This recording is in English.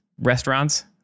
restaurants